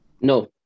No